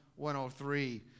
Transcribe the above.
103